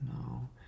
No